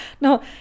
No